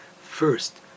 first